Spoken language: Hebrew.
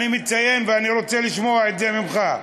אני מציין ואני רוצה לשמוע את זה ממך,